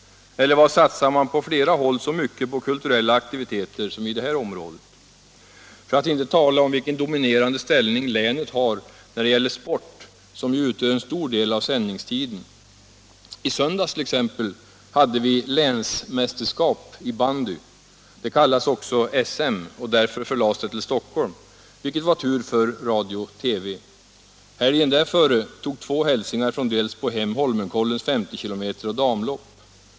Eller var satsar man så mycket på kulturella aktiviteter som i detta område? För att inte tala om vilken dominerande ställning länet har när det gäller sport, som ju utgör en stor del av sändningstiden. I söndags t.ex. hade vi länsmästerskap i bandy. Det kallas också SM, och därför förlades det till Stockholm, vilket var tur för radio-TV. Helgen före tog två hälsingar från Delsbo hem Holmenkollens 50 km och damlopp.